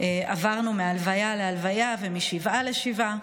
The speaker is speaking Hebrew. עברנו מהלוויה להלוויה ומשבעה לשבעה.